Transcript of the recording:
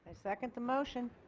second the motion.